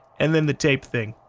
and then the tape thing.